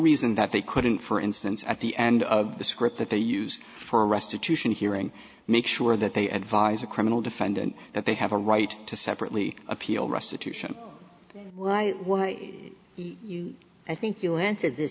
reason that they couldn't for instance at the end of the script that they use for a restitution hearing make sure that they advise a criminal defendant that they have a right to separately appeal restitution why would you i think you answer